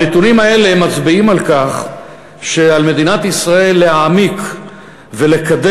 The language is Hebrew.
הנתונים האלה מצביעים על כך שעל מדינת ישראל להעמיק ולקדם